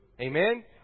Amen